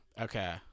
Okay